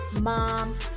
mom